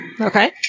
Okay